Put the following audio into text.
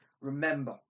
remember